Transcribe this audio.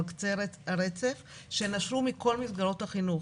על קצה הרצף שנשרו מכל מסגרות החינוך.